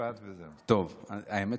האמת שזו פסקה.